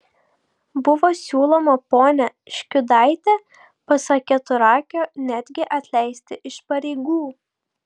buvo siūloma ponią škiudaitę pasak keturakio netgi atleisti iš pareigų